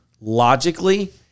logically